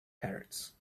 parrots